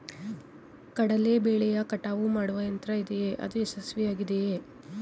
ಕಡಲೆ ಬೆಳೆಯ ಕಟಾವು ಮಾಡುವ ಯಂತ್ರ ಇದೆಯೇ? ಅದು ಯಶಸ್ವಿಯಾಗಿದೆಯೇ?